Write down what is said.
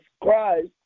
Christ